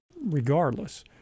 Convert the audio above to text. regardless